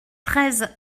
treize